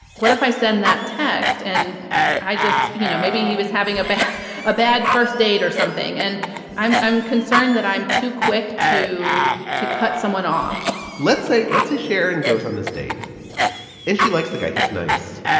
what if i send that text and i just you know, maybe he was having a bad a bad first date or something. and i'm i'm concerned that i'm too quick to to cut someone off let's say let's say sharon goes on this date and she likes the guy. he's nice,